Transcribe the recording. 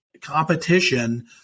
competition